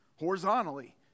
horizontally